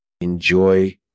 Enjoy